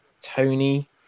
Tony